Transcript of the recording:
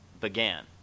began